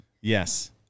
Yes